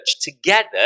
together